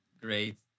Great